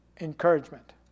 encouragement